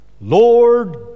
Lord